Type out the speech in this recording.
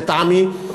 לטעמי,